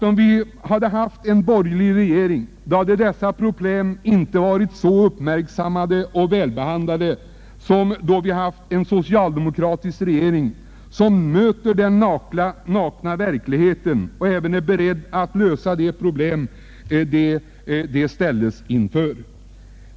Om vi haft en borgerlig regering hade dessa problem inte varit så uppmärksammade och välbehandlade — det är min bestämda uppfattning — som det är nu när vi har en socialdemokratisk regering som möter den nakna verkligheten och är beredd att lösa de problem den ställs inför.